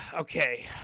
Okay